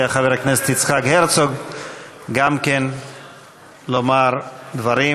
חבר הכנסת יצחק הרצוג גם כן לומר דברים.